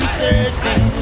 searching